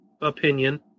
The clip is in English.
opinion